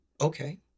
Okay